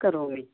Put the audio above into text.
करोमि